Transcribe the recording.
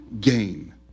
gain